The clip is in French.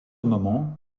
moment